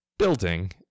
building